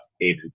eight